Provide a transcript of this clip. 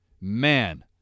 Man